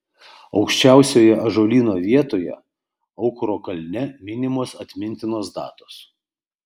aukščiausioje ąžuolyno vietoje aukuro kalne minimos atmintinos datos